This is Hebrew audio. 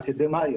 אלא אקדמיות.